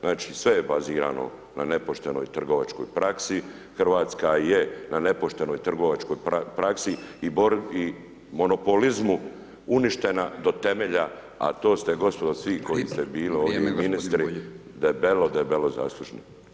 Znači sve je bazirano na nepoštenoj trgovačkoj praksi, Hrvatska je na nepoštenoj trgovačkoj praksi i na monopolizmu uništena do temelja a to ste gospodo svi koji ste bili ovdje ministri, debelo, debelo zaslužni.